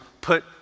put